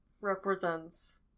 represents